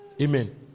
Amen